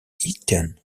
eaten